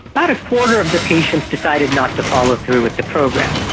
about a quarter of the patients decided not to follow through with the program,